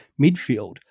midfield